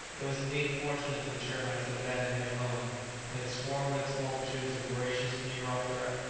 it was indeed fortunate that the termites had abandoned their home had it swarmed with its multitudes of voracious neuroptera,